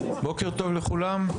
בוקר טוב לכולם,